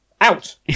out